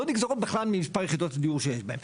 לא נגזרות בכלל ממספר יחידות הדיור שיש בהן,